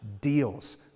deals